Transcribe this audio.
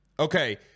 Okay